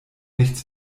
nichts